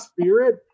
spirit